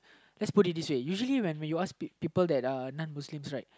let's put it this way usually when we ask uh people that are non Muslims right